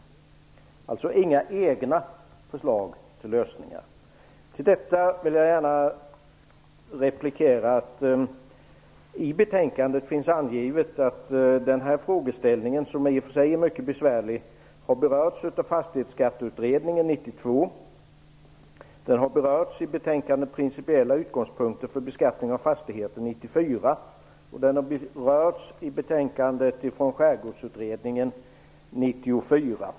Det finns alltså inga egna förslag till lösningar. Till detta vill jag gärna replikera att det finns angivet i betänkandet att den här frågeställningen, som i och för sig är mycket besvärlig, har berörts av Fastighetsskatteutredningen 1992. Den har berörts i betänkandet Principiella utgångspunkter för beskattning av fastigheter 1994 och i betänkandet från Skärgårdsutredningen 1994.